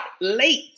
late